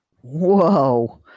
Whoa